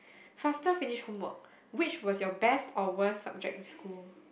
faster finish homework which was your best or worst subject in school